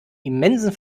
immensen